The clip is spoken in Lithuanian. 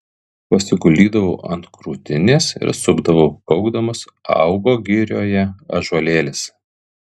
pasiguldydavau ant krūtinės ir supdavau kaukdamas augo girioje ąžuolėlis